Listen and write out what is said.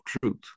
truth